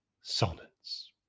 sonnets